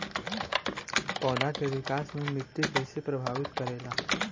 पौधा के विकास मे मिट्टी कइसे प्रभावित करेला?